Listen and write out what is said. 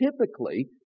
typically